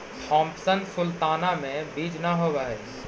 Thompson sultana में बीज न होवऽ हई